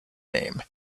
name